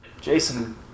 jason